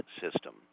system